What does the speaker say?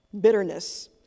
bitterness